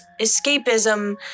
escapism